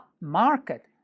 market